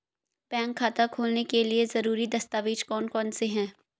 Bank खाता खोलने के लिए ज़रूरी दस्तावेज़ कौन कौनसे हैं?